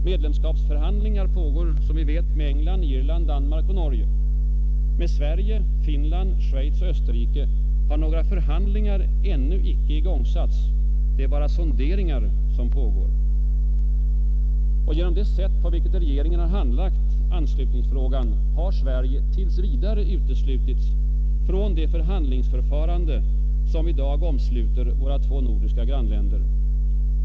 Medlemskapsförhandlingar pågår som vi vet med England, Irland, Danmark och Norge. Med Sverige, Finland, Schweiz och Österrike har några förhandlingar ännu icke igångsatts. Det är bara sonderingar som pågår. Genom det sätt på vilket regeringen har handlagt anslutningsfrågan har Sverige tills vidare uteslutits från det förhandlingsförfarande som i dag omsluter våra två nordiska grannländer.